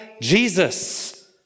Jesus